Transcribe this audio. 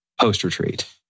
post-retreat